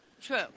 True